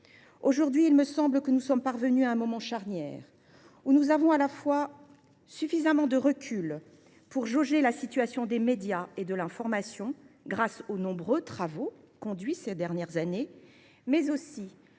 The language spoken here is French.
Aujourd’hui, nous sommes parvenus à un moment charnière où nous avons à la fois suffisamment de recul pour jauger la situation des médias et de l’information grâce aux nombreux travaux conduits ces dernières années, mais aussi